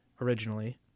originally